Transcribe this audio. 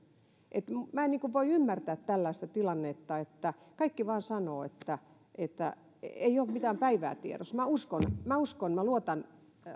minä en voi ymmärtää tällaista tilannetta että kaikki vain sanovat että ei ole mitään päivää tiedossa minä uskon minä uskon minä luotan